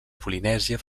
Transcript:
polinèsia